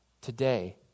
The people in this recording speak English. Today